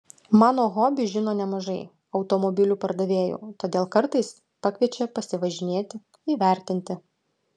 mano hobį žino nemažai automobilių pardavėjų todėl kartais pakviečia pasivažinėti įvertinti